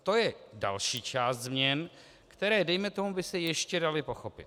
To je další část změn, které dejme tomu by se ještě daly pochopit.